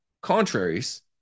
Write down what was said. contraries